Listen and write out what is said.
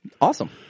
Awesome